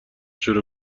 شروع